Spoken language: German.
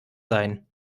sein